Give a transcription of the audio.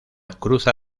cruza